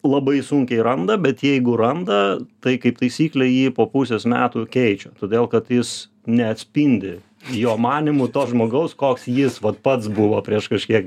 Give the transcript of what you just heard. labai sunkiai randa bet jeigu randa tai kaip taisyklė jį po pusės metų keičia todėl kad jis neatspindi jo manymu to žmogaus koks jis vat pats buvo prieš kažkiek